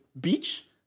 beach